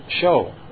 show